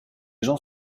gens